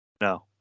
no